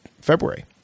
February